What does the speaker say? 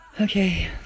Okay